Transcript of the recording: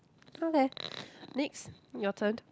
okay next your turn